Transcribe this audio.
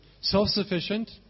self-sufficient